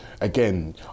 again